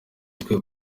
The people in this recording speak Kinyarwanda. twe